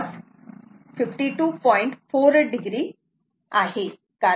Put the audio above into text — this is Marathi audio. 4o आहे कारण θ 52